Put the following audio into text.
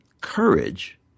courage